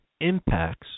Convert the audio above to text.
impacts